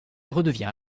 redevient